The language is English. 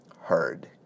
heard